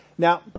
Now